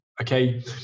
Okay